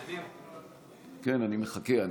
כן, אני מחכה.